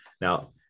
now